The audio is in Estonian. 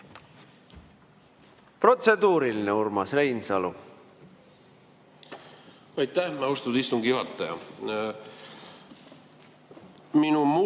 Protseduuriline, Urmas Reinsalu. Aitäh, austatud istungi juhataja!